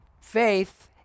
faith